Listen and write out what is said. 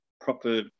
proper